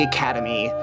Academy